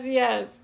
yes